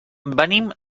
venim